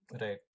Right